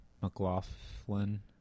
McLaughlin